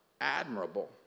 Admirable